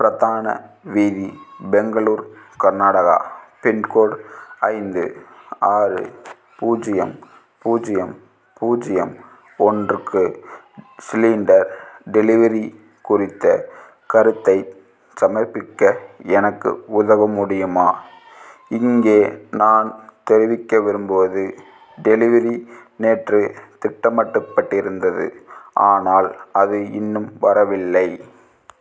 பிரதான வீதி பெங்களுர் கர்நாடகா பின்கோட் ஐந்து ஆறு பூஜ்ஜியம் பூஜ்ஜியம் பூஜ்ஜியம் ஒன்றுக்கு சிலிண்டர் டெலிவரி குறித்த கருத்தை சமர்ப்பிக்க எனக்கு உதவ முடியுமா இங்கே நான் தெரிவிக்க விரும்புவது டெலிவரி நேற்று திட்டமிடப்பட்டிருந்தது ஆனால் அது இன்னும் வரவில்லை